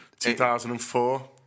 2004